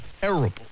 terrible